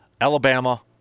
Alabama